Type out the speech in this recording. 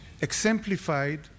exemplified